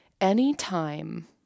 anytime